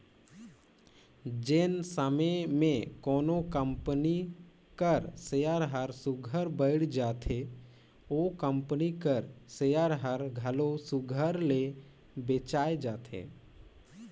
जेन समे में कोनो कंपनी कर सेयर हर सुग्घर बइढ़ रहथे ओ कंपनी कर सेयर हर घलो सुघर ले बेंचाए जाथे